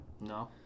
No